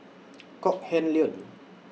Kok Heng Leun